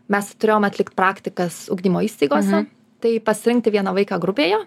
mes turėjom atlikt praktikas ugdymo įstaigose tai pasirinkti vieną vaiką grupėje